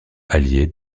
alliée